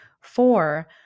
Four